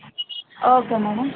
okay madam